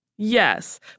Yes